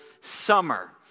Summer